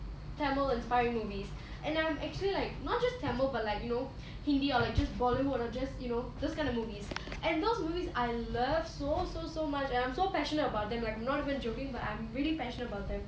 tamil inspiring movies and I'm actually like not just tamil but like you know hindi or like just bollywood or just you know those kind of movies and those movies I love so so so much and I am so passionate about them like not even joking but I'm really passionate about them